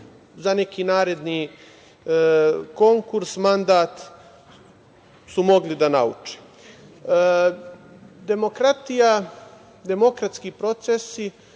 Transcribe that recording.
Za neki naredni konkurs mandat su mogli da nauče. Demokratija, demokratski procesi